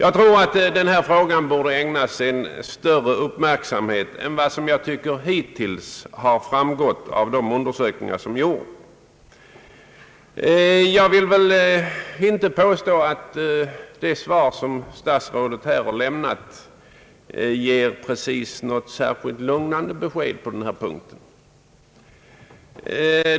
Jag tycker att denna fråga borde ägnas större uppmärksamhet än vad som hittills har framgått av gjorda utredningar Jag vill inte påstå att det svar som statsrådet här har lämnat precis ger något lugnande besked på denna punkt.